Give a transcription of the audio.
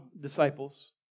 disciples